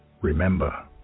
Remember